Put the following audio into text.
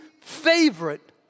favorite